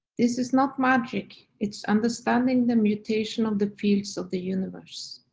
this is not magic. it's understanding the mutation of the fields of the universe.